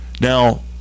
Now